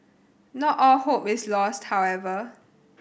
not all hope is lost however